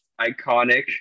iconic